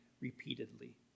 repeatedly